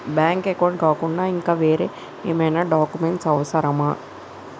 Bank account కాకుండా ఇంకా వేరే ఏమైనా డాక్యుమెంట్స్ అవసరమా?